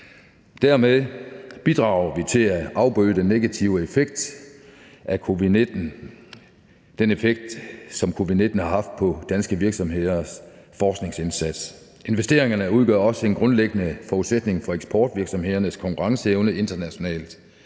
Dermed bidrager vi til at afbøde den negative effekt af covid-19, som der har været på danske virksomheders forskningsindsats. Investeringerne udgør også en grundlæggende forudsætning for eksportvirksomhedernes konkurrenceevne internationalt,